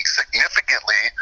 significantly